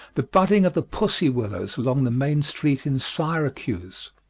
the budding of the pussy willows along the main street in syracuse,